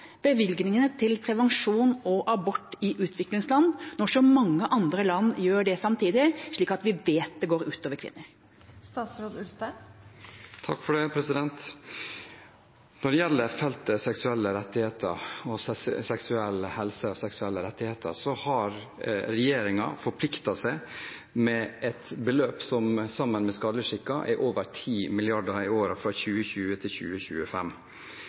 bevilgningene til prevensjon og abort i utviklingsland, når så mange andre land gjør det samtidig, slik at vi vet det går ut over kvinner? Når det gjelder feltet seksuell helse, seksuelle rettigheter og skadelige skikker, har regjeringen forpliktet seg med et beløp som til sammen er over 10 mrd. kr i årene fra 2020 til 2025.